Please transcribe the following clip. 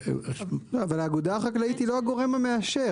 לא, אבל האגודה החקלאית היא לא הגורם המאשר.